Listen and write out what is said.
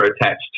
attached